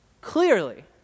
Clearly